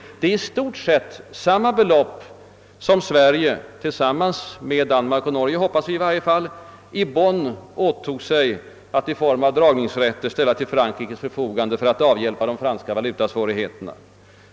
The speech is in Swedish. Det är i stort sett lika mycket pengar som Sverige — tillsammans med som vi hoppas Danmark och Norge — i Bonn åtog sig att i form av dragningsrätter ställa till Frankrikes förfogande för att avhjälpa de franska valutasvårigheterna.